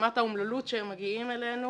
ורמת האומללות שהם מגיעים אלינו